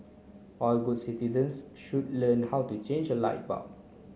all good citizens should learn how to change a light bulb